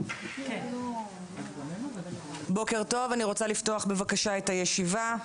טוב, אני רוצה לפתוח בבקשה את הישיבה.